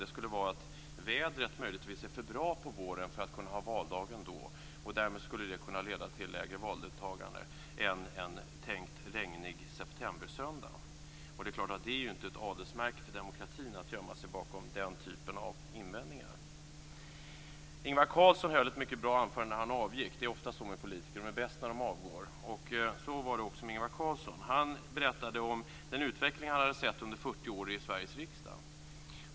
Det har varit att vädret möjligtvis är för bra på våren för att man skall kunna ha valdagen då, och därmed skulle det kunna leda till lägre valdeltagande än en tänkt regnig septembersöndag. Det är klart att det ju inte är ett adelsmärke för demokratin att gömma sig bakom den typen av invändningar. Ingvar Carlsson höll ett mycket bra anförande när han avgick. Det är ofta så med politiker, de är bäst när de avgår. Så var det också med Ingvar Carlsson. Han berättade om den utveckling han hade sett under 40 år i Sverige riksdag.